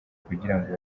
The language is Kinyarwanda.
kugirango